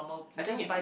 I think